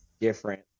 different